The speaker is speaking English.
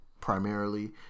Primarily